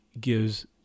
gives